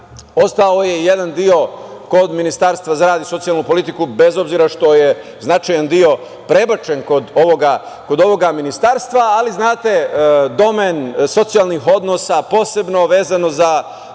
ostao je jedan deo kod Ministarstva za rad i socijalnu politiku, bez obzira što je značajan deo prebačen kod ovog ministarstva, ali znate, domen socijalnih odnosa, posebno vezano za